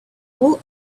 all